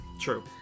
true